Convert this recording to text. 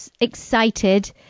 excited